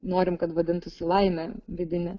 norim kad vadintųsi laime vidine